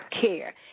care